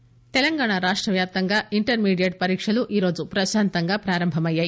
inter Telangana రాష్ట వ్యాప్తంగా intermediate పరీక్షలు ఈరోజు ప్రశాంతంగా ప్రారంభ అయ్యాయి